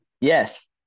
Yes